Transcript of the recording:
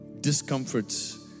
discomforts